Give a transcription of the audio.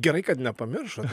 gerai kad nepamiršo